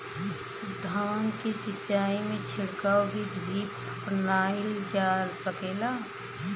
धान के सिचाई में छिड़काव बिधि भी अपनाइल जा सकेला?